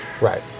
Right